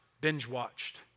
binge-watched